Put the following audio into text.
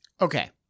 Okay